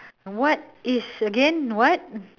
what is again what